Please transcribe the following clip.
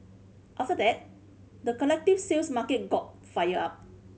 after that the collective sales market got fired up